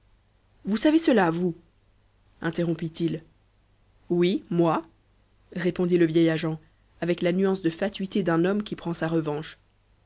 vous savez cela vous interrompit-il oui moi répondit le vieil agent avec la nuance de fatuité d'un homme qui prend sa revanche